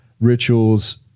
rituals